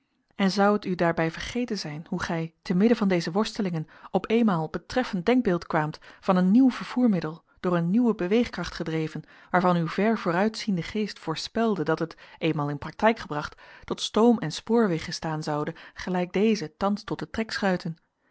en zou het u daarbij vergeten zijn hoe gij te midden van deze worstelingen op eenmaal op het treffend denkbeeld kwaamt van een nieuw vervoermiddel door een nieuwe beweegkracht gedreven waarvan uw ver vooruitziende geest voorspelde dat het eenmaal in practijk gebracht tot stoom en spoorwegen staan zoude gelijk deze thans tot de